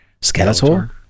skeletor